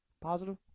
Positive